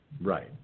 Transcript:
Right